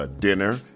dinner